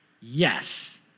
Yes